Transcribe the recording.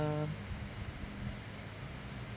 uh